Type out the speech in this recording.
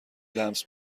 لمس